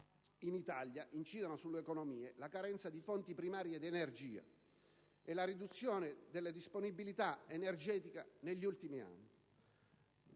in Italia, incidono sull'economia la carenza di fonti primarie di energia e la riduzione della disponibilità energetica negli ultimi anni.